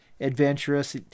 adventurous